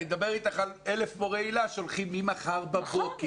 אני מדבר איתך על 1,000 מורי היל"ה שהולכים מחר בבוקר